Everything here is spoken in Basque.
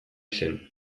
zen